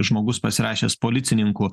žmogus pasirašęs policininku